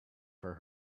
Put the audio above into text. for